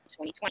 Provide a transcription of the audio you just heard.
2020